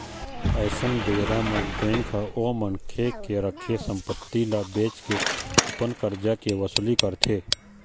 अइसन बेरा म बेंक ह ओ मनखे के रखे संपत्ति ल बेंच के अपन करजा के वसूली करथे